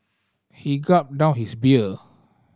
he gulped down his beer